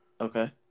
Okay